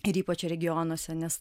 ir ypač regionuose nes